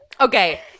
Okay